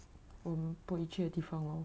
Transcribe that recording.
我们不会去的地方 lor